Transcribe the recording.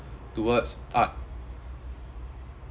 towards art